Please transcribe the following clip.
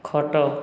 ଖଟ